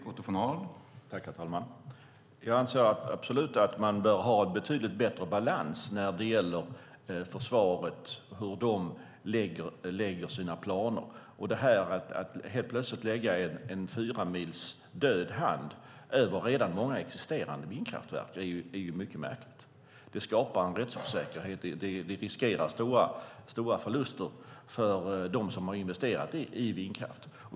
Herr talman! Jag anser absolut att man bör ha betydligt bättre balans när det gäller hur försvaret lägger sina planer. Att man helt plötsligt lägger en 4 mils död hand över många redan existerande vindkraftverk är mycket märkligt. Det skapar en rättsosäkerhet och en risk för stora förluster för dem som har investerat i vindkraft.